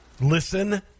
Listen